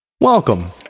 Welcome